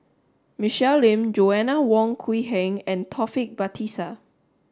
Michelle Lim Joanna Wong Queen Heng and Taufik